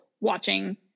watching